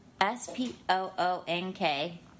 S-P-O-O-N-K